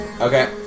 Okay